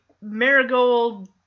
Marigold